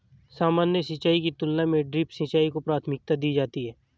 सामान्य सिंचाई की तुलना में ड्रिप सिंचाई को प्राथमिकता दी जाती है